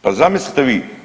Pa zamislite vi